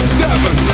seven